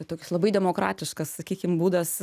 toks labai demokratiškas sakykim būdas